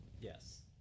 yes